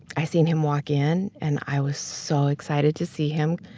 i seen him walk in and i was so excited to see him.